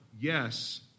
yes